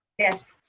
yes.